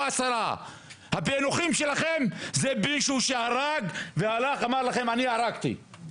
או 10. הפיענוחים שלכם זה מקרים בהם אדם הרג ובא להגיד לכם ״אני הרגתי״,